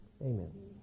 Amen